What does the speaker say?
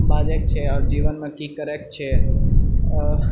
बाजयके छै आओर जीवनमे की करैके छै आ